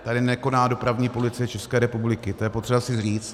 Tady nekoná Dopravní policie České republiky, to je potřeba si říct.